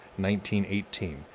1918